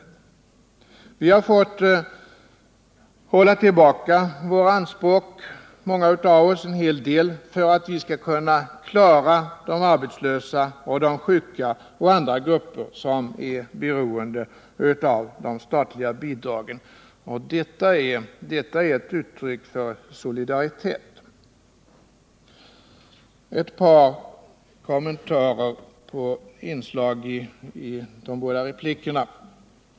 Många av oss har fått hålla tillbaka våra anspråk en hel del för att vi skall klara de arbetslösa, de sjuka och andra grupper som är beroende av de statliga bidragen — och detta är ett uttryck för solidaritet. Ett par kommentarer till inslag i de båda replikerna.